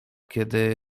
kiedy